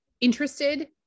interested